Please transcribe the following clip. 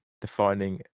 defining